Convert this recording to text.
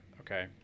okay